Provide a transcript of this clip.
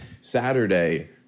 Saturday